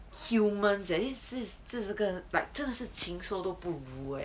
humans leh this this like 这是个 like 真的是禽兽都不如 eh